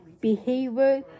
behavior